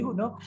no